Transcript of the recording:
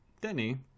Denny